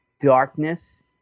darkness